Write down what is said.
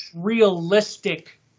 realistic